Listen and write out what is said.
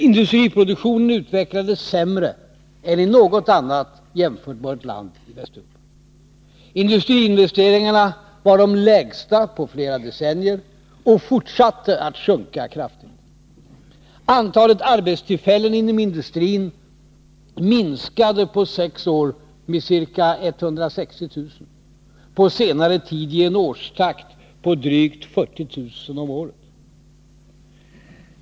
Industriproduktionen utvecklades sämre än i något annat jämförbart land i Västeuropa. Industriinvesteringarna var de lägsta på flera decennier och fortsatte att sjunka kraftigt. Antalet arbetstillfällen inom industrin minskade på sex år med ca 160 000, på senare tid i en årstakt på drygt 40 000 om året.